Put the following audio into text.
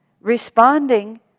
responding